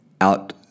out